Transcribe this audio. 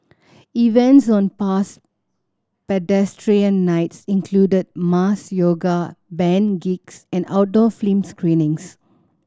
events on past Pedestrian Nights included mass yoga band gigs and outdoor film screenings